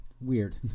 weird